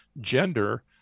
gender